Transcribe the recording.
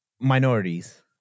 minorities